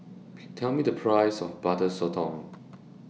Tell Me The priceS of Butter Sotong